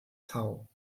tau